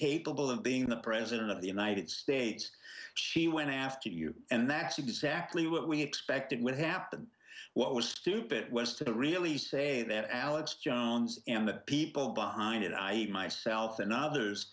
capable of being the president of the united states she went after you and that's exactly what we expected would happen what was stupid was to really say that alex jones and the people behind it i myself and others